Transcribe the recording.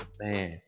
Man